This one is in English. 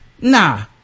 Nah